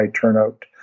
turnout